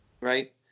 right